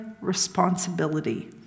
responsibility